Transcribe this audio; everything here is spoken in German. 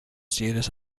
jedes